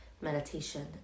meditation